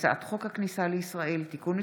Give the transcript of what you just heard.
הצעת חוק הכניסה לישראל (תיקון מס'